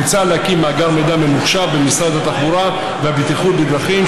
מוצע להקים מאגר מידע ממוחשב במשרד התחבורה והבטיחות בדרכים,